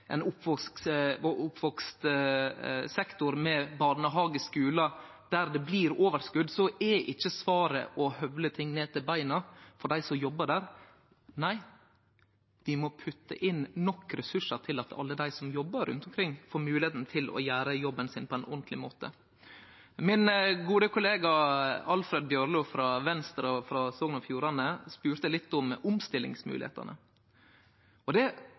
der det blir overskot, er ikkje svaret å høvle ting ned til beinet for dei som jobbar der. Nei, vi må putte inn nok ressursar til at alle dei som jobbar rundt omkring, får moglegheita til å gjere jobben sin på ein ordentleg måte. Min gode kollega Alfred Bjørlo frå Venstre og òg frå Sogn og Fjordane spurde litt om omstillingsmoglegheitene. Det trur eg er verdt å svare på, for kva er det